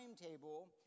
timetable